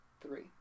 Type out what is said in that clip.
Three